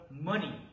money